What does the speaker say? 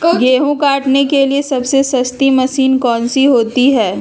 गेंहू काटने के लिए सबसे सस्ती मशीन कौन सी होती है?